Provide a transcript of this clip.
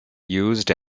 used